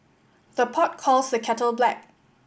the pot calls the kettle black